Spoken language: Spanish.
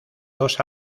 dos